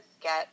get